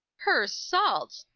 her salts!